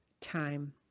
time